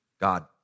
God